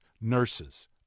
nurses